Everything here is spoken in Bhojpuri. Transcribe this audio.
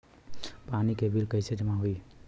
पानी के बिल कैसे जमा होयी?